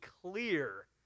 clear